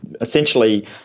Essentially